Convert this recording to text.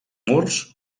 murs